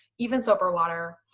even soap or water.